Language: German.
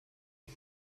die